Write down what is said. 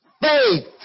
Faith